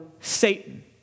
Satan